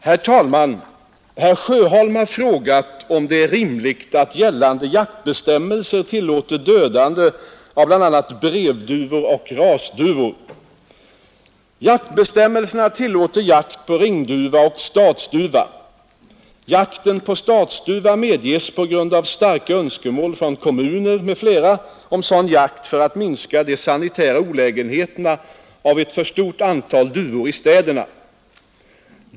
Herr talman! Herr Sjöholm har frågat om det är rimligt att gällande jaktbestämmelser tillåter dödande av bl.a. brevduvor och rasduvor. Jaktbestämmelserna tillåter jakt på ringduva och stadsduva. Jakten på stadsduva medges på grund av starka önskemål från kommuner m.fl. om sådan jakt för att minska de sanitära olägenheterna av ett för stort antal duvor i städerna.